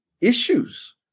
issues